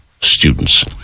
students